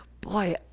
boy